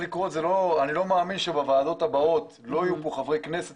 אני לא מאמין שבוועדות הבאות לא יהיו פה חברי כנסת